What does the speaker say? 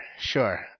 sure